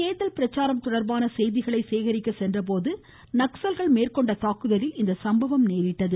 தேர்தல் பிரச்சாரம் தொடர்பான செய்திகளை சேகரிக்க சென்றபோது நக்ஸல்கள் மேற்கொண்ட தாக்குதலில் இந்த சம்பவம் நேரிட்டது